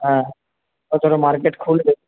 হ্যাঁ মার্কেট খুলবে